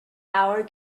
hour